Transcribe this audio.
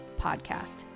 podcast